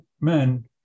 men